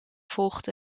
volgt